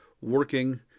working